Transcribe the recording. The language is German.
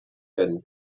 werden